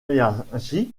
est